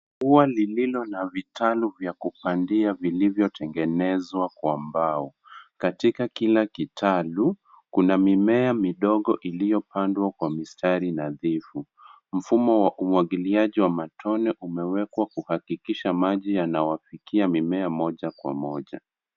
Ua lilio na vitalu vya kupandia vilivyotangenezwa kwa mbao. Katika kila kitalu, kuna mimea midogo iliopandwa kwa mistari nadhifu. Mfumo wa umwagiliaji wa watone umewekwa kuakikisha maji yanawafikia mimea moja kwa moja.